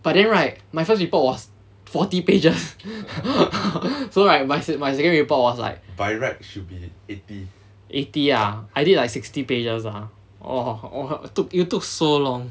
but then right my first report was forty pages so right se~ my second report was like eighty ah I did like sixty pages ah !wah! !wah! you took you took so long